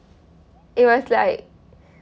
it was like